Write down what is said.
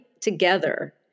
together